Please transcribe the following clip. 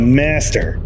master